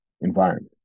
environment